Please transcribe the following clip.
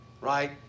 Right